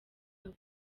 aho